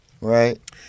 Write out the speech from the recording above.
right